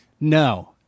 no